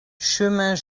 chemin